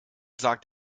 sagt